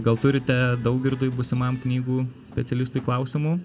gal turite daugirdui būsimam knygų specialistui klausimų